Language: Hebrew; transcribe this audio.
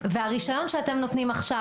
והרישיון שאתם נותנים עכשיו,